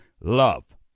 love